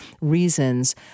reasons